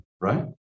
right